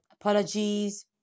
Apologies